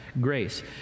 grace